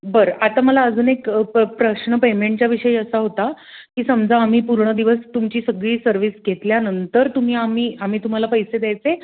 बरं आता मला अजून एक प प्रश्न पेमेंटच्याविषयी असा होता की समजा आम्ही पूर्ण दिवस तुमची सगळी सर्विस घेतल्यानंतर तुम्ही आम्ही आम्ही तुम्हाला पैसे द्यायचे